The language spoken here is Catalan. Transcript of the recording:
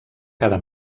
cada